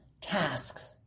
tasks